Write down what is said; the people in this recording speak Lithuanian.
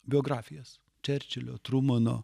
biografijas čerčilio trumano